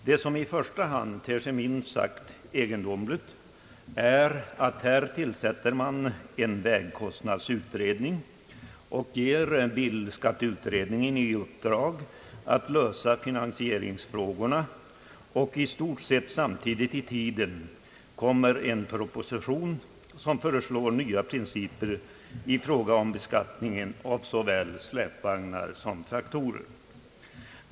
Vad som i första hand ter sig minst sagt egendomligt är att man tillsätter en vägkostnadsutredning och ger bilskatteutredningen i uppdrag att lösa finansieringsfrågorna och i stort sett samtidigt lägger fram en proposition som föreslår nya principer i fråga om beskattningen av såväl släpvagnar som traktorer.